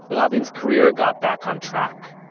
rabin's career got back on track.